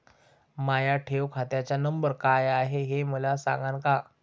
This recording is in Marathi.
माया ठेव खात्याचा नंबर काय हाय हे मले सांगान का?